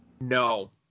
No